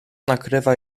nakrywa